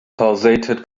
pulsated